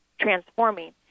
transforming